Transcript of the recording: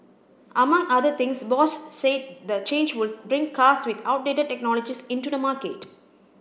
among other things Bosch said the change would bring cars with outdated technologies into the market